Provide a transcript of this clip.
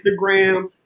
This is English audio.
Instagram